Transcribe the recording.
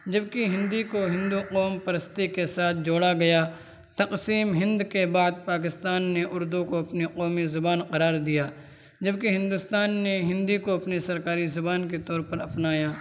جبکہ ہندی کو ہندو قوم پرستی کے ساتھ جوڑا گیا تقسیمِ ہند کے بعد پاکستان نے اردو کو اپنی قومی زبان قرار دیا جبکہ ہندوستان نے ہندی کو اپنی سرکاری زبان کے طور پر اپنایا